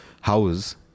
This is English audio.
house